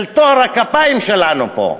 של טוהר הכפיים שלנו פה?